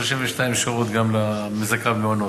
32 שעות גם לזכאי המעונות,